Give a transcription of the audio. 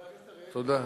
חבר הכנסת אריאל,